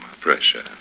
Pressure